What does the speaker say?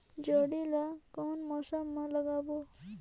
जोणी ला कोन मौसम मा लगाबो?